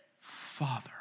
Father